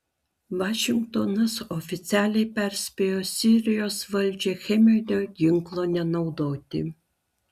vašingtonas oficialiai perspėjo sirijos valdžią cheminio ginklo nenaudoti